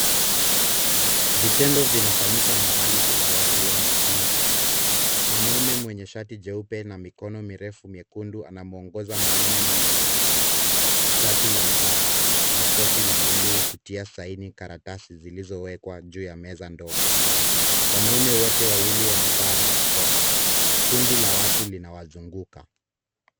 Vitendo vinafanyika mahali penye watu wengi nje. Mwanaume mwenye shati jeupe na mikono mirefu miekundu, anamuongoza mwanaume mwenye shati la miraba na koti la bluu, kutia saini karatasi zilizowekwa juu ya meza ndogo. Wanaume wote wawili wamevaa barakoa, kundi la watu linawazunguka.